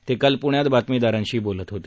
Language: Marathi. ते काल पूण्यात बातमीदारांशी बोलत होते